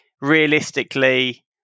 realistically